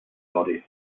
goddess